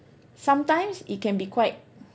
sometimes it can be quite